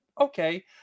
okay